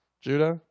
Judah